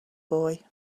boy